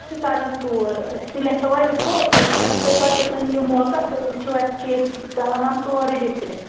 تہٕ کَران ژوٗر أسۍ تہِ لیکھو وۄںۍ رِپوٹ أسۍ اگر تُہۍ پتہٕ یوٚتَن یِیِو موقَس تُہۍ وٕچھِو اَسہِ چھُ ییٚتہِ سامان سورٕے بِکھرِتھ